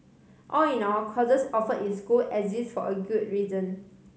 all in all courses offered in school exist for a good reason